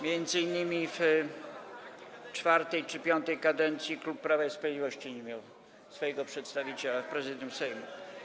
Między innymi w IV czy V kadencji klub Prawa i Sprawiedliwości nie miał swojego przedstawiciela w Prezydium Sejmu.